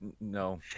No